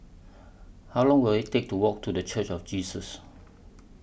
How Long Will IT Take to Walk to The Church of Jesus